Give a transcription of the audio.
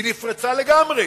היא נפרצה לגמרי.